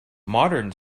modern